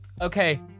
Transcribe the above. Okay